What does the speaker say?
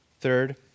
Third